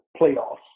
playoffs